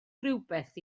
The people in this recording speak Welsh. rywbeth